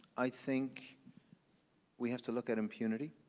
i think we have to look at impunity.